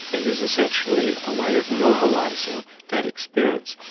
it is essentially a way of normalising that experience.